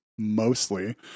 mostly